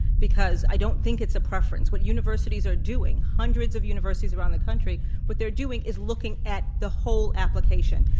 because i don't think it's a preference. what universities are doing hundreds of universities around the country what they're doing is looking at the whole application.